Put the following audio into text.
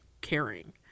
caring